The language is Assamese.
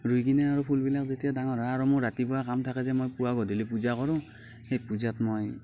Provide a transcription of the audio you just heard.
ৰুই কেনে আৰু ফুলবিলাক যেতিয়া ডাঙৰ হয় আৰু মোৰ ৰাতিপুৱা কাম থাকে যে মই পুৱা গধূলি পূজা কৰোঁ সেই পূজত মই